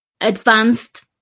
advanced